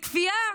בכפייה?